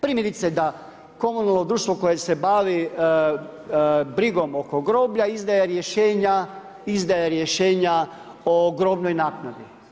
Primjerice da komunalno društvo koje se bavi brigom oko groblja izdaje rješenja o grobnoj naknadi.